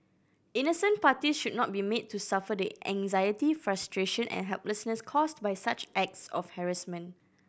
innocent parties should not be made to suffer the anxiety frustration and helplessness caused by such acts of harassment